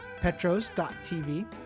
Petros.tv